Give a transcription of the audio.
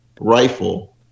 rifle